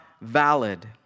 valid